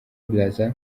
brazza